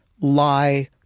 lie